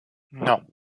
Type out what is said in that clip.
non